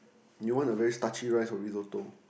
you want a very starchy rice for Risotto